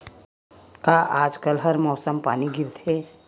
का आज कल हर मौसम पानी गिरथे?